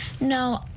No